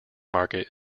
market